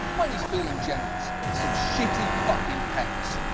when he's feeling generous, some shitting fucking pens.